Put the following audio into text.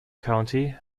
county